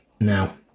now